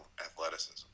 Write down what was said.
athleticism